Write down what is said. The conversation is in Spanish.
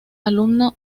alumno